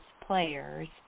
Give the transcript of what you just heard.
players